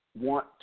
want